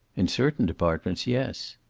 in certain departments, yes.